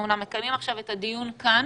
אנחנו אמנם מקיימים את הדיון כאן,